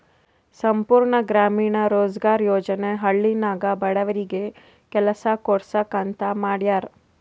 ಸಂಪೂರ್ಣ ಗ್ರಾಮೀಣ ರೋಜ್ಗಾರ್ ಯೋಜನಾ ಹಳ್ಳಿನಾಗ ಬಡವರಿಗಿ ಕೆಲಸಾ ಕೊಡ್ಸಾಕ್ ಅಂತ ಮಾಡ್ಯಾರ್